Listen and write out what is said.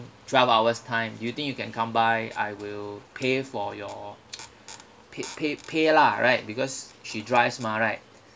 twelve hours' time you think you can come by I will pay for your pay pay pay lah right because she drives mah right